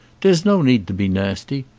dere's no need to be nasty.